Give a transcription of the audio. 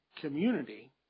community